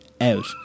Out